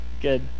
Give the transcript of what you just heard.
good